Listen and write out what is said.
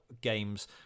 games